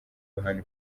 yohani